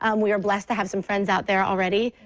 um we are blessed to have some friends out there already,